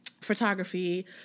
photography